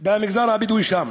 ובמגזר הבדואי שם.